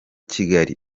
kigali